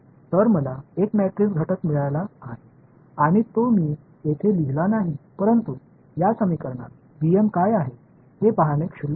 எனவே எனக்கு ஒரு மேட்ரிக்ஸ் உறுப்பு கிடைத்துள்ளது அதை நான் இங்கு எழுதவில்லை ஆனால் இந்த விஷயத்தில் bm என்றால் என்ன அற்பமானதா